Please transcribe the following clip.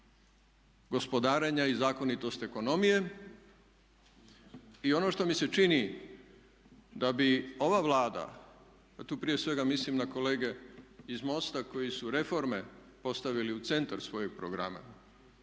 gospodarenja i zakonitost ekonomije. I ono što mi se čini da bi ova Vlada a tu prije svega mislim na kolege iz MOST-a koji su reforme postavili u centar svojih programa